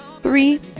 three